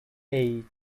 eight